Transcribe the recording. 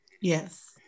Yes